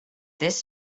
this